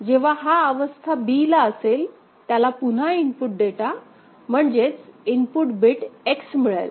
जेव्हा हा अवस्था b ला असेल त्याला पुन्हा इनपुट डेटा म्हणजेच इनपुट बिट X मिळेल